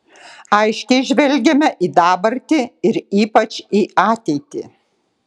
aiškiai žvelgiame į dabartį ir ypač į ateitį